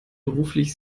beruflich